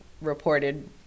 reported